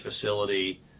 facility